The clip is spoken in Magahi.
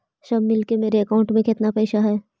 सब मिलकर मेरे अकाउंट में केतना पैसा है?